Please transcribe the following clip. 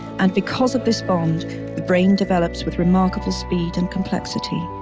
and because of this bond the brain develops with remarkable speed and complexity.